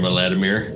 Vladimir